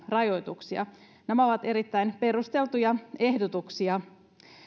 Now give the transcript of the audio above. rajoituksia nämä ovat erittäin perusteltuja ehdotuksia